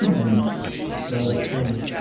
yes no, that's right.